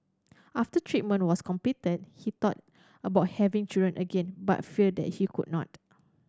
after treatment was completed he thought about having children again but feared that he could not